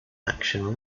action